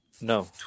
No